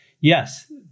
yes